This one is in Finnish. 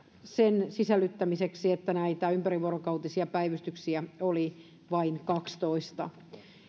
sen sisällyttämiseksi että näitä ympärivuorokautisia päivystyksiä oli vain kaksitoista